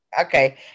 Okay